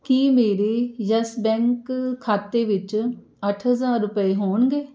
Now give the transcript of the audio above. ਕੀ ਮੇਰੇ Yes Bank ਖਾਤੇ ਵਿੱਚ ਅੱਠ ਹਜ਼ਾਰ ਰੁਪਏ ਹੋਣਗੇ